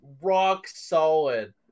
rock-solid